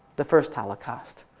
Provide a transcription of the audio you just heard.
the first holocaust.